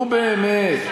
נו, באמת.